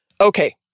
Okay